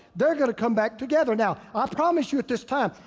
they're gonna come back together. now, i promise you at this time.